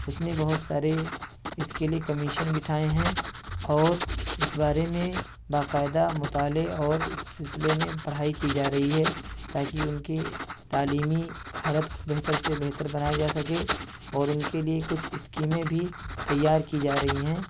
اس نے بہت سارے اس کے لیے کمیشن بٹھائے ہیں اور اس بارے میں باقاعدہ مطالعے اور اس سلسلے میں پڑھائی کی جا رہی ہے تاکہ ان کی تعلیمی حالت کو بہتر سے بہتر بنایا جا سکے اور ان کے لیے کچھ اسکیمیں بھی تیار کی جا رہی ہیں